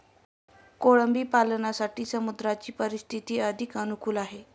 कोळंबी पालनासाठी समुद्राची परिस्थिती अधिक अनुकूल आहे